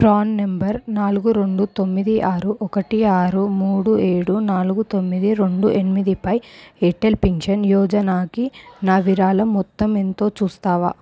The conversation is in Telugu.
ప్రాణ్ నంబర్ నాలుగు రెండు తొమ్మిది ఆరు ఒకటి ఆరు మూడు ఏడు నాలుగు తొమ్మిది రెండు ఎనిమిదిపై అటల్ పెన్షన్ యోజనాకి నా విరాళం మొత్తం ఎంతో చూస్తావా